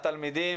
התלמידים,